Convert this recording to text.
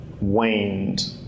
waned